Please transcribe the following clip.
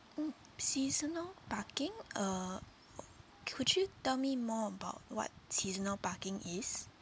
mm seasonal parking uh could you tell me more about what seasonal parking is